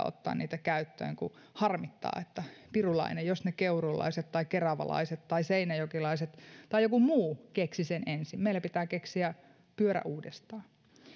ottaa sitä oppia käyttöön kun harmittaa että pirulainen jos keuruulaiset tai keravalaiset tai seinäjokelaiset tai jotkut muut keksivät sen ensin meillä pitää keksiä pyörä uudestaan